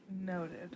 noted